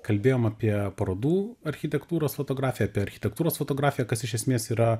kalbėjom apie parodų architektūros fotografiją architektūros fotografiją kas iš esmės yra